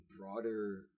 broader